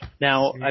Now